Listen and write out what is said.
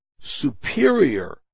superior